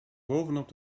bovenop